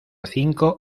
cinco